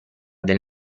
del